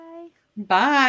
Bye